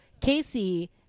Casey